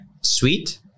sweet